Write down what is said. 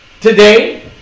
Today